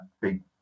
big